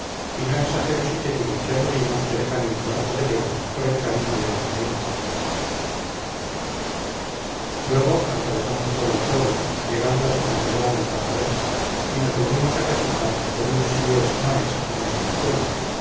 y no exagero si te digo que anduvimos cerca de un cuarto de legua por el camino de balsaín luego atravesamos todo el pueblo llegando hasta más allá del pajarón y nos volvimos a casita con un si es no es de desconsuelo